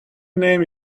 name